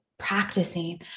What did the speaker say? practicing